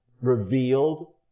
revealed